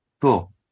Cool